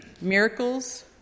miracles